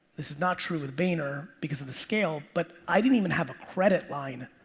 this is not true with vayner, because of the scale, but i didn't even have a credit line